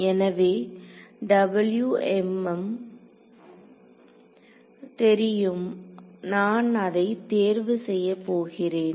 எனவே ம் தெரியும் நான் அதை தேர்வு செய்யப் போகிறேன்